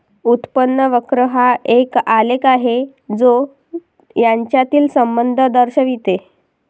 उत्पन्न वक्र हा एक आलेख आहे जो यांच्यातील संबंध दर्शवितो